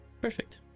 Perfect